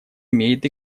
имеет